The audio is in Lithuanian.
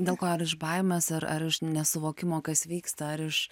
dėl ko ar iš baimės ar ar nesuvokimo kas vyksta ar iš